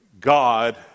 God